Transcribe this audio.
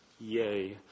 Yay